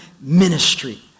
ministry